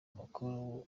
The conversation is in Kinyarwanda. muku